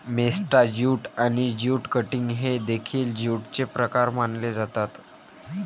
मेस्टा jute आणि jute cutting हे देखील ज्यूटचे प्रकार मानले जातात